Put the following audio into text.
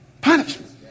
Punishment